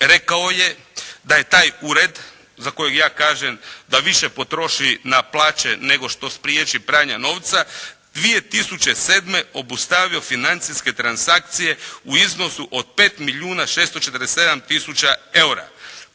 rekao je da je taj ured za kojeg ja kažem da više potroši na plaće nego što spriječi pranja novca, 2007. obustavio financijske transakcije u iznosu os 5 milijuna